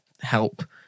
help